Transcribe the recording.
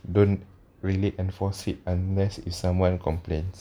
don't rely enforce it unless if someone complains